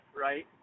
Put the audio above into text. right